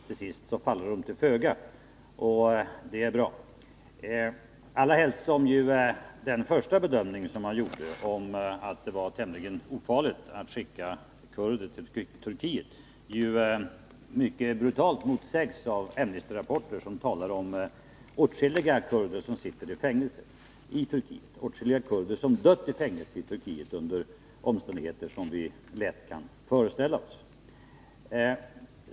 Till sist faller de till föga, och det är bra, allra helst som den första bedömningen som gjordes — om att det var tämligen ofarligt att skicka kurder till Turkiet — ju mycket brutalt motsägs av Amnestys rapporter, som talar om åtskilliga kurder som sitter i fängelse i Turkiet och som dött i fängelse under omständigheter som vi lätt kan föreställa oss.